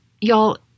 y'all